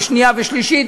שנייה ושלישית,